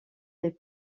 des